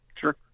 Sure